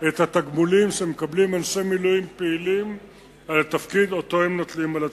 את התגמולים שמקבלים אנשי מילואים פעילים על התפקיד שהם נוטלים על עצמם.